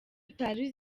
utari